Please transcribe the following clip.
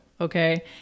Okay